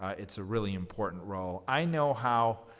ah it's a really important role. i know how